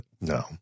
No